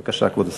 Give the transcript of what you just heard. בבקשה, כבוד השר.